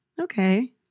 Okay